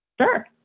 Sure